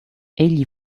egli